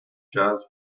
jazz